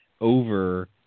over –